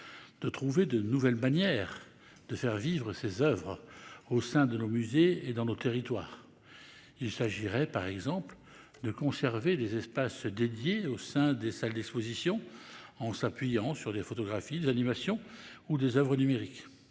de trouver de nouvelles manières de faire vivre ces oeuvres au sein de nos musées et dans nos territoires. Il s'agira, par exemple, de conserver des espaces dédiés au sein des salles d'exposition en s'appuyant sur des photographies, sur des animations ou sur des oeuvres numériques.